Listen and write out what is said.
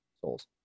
souls